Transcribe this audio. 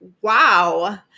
Wow